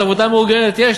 עבודה מאורגנת יש,